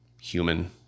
human